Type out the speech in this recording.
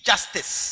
Justice